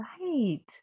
right